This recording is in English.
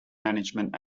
management